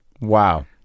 Wow